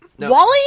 Wally